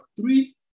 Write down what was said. three